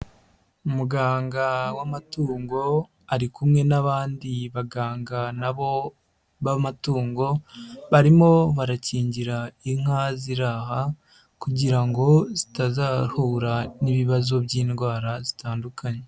Umuganga w'amatungo ari kumwe n'abandi baganga na bo b'amatungo barimo barakingira inka ziri aha kugira ngo zitazahura n'ibibazo by'indwara zitandukanye.